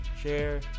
share